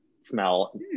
smell